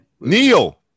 Neil